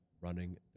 running –